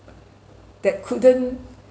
that couldn't